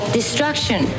destruction